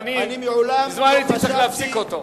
ואני מזמן הייתי צריך להפסיק אותו.